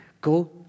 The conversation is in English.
go